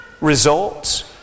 results